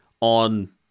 on